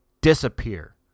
disappear